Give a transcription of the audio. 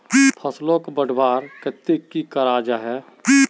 फसलोक बढ़वार केते की करा जाहा?